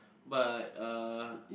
but uh